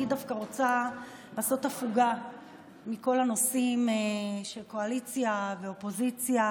אני דווקא רוצה לעשות הפוגה מכל הנושאים של קואליציה ואופוזיציה